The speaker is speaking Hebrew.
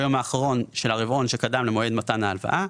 היום האחרון של הרבעון שקדם למועד מתן ההלוואה.